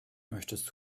möchtest